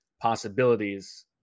possibilities